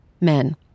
men